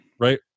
right